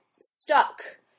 stuck